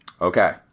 Okay